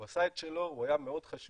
הוא עשה את שלו, הוא היה מאוד חשוב.